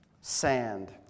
Sand